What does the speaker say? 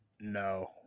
no